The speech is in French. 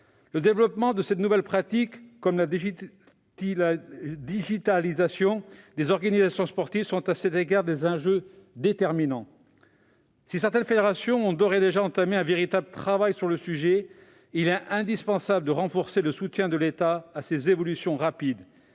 le développement de ce type d'activité, qui passe notamment par la digitalisation des organisations sportives, est un enjeu déterminant. Si certaines fédérations ont d'ores et déjà entamé un véritable travail sur le sujet, il est indispensable de renforcer le soutien de l'État à ces évolutions rapides.